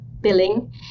billing